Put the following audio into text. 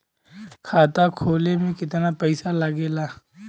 खाता खोले में कितना पईसा लगेला?